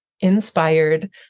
inspired